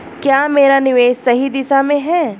क्या मेरा निवेश सही दिशा में है?